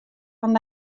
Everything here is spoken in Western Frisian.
fan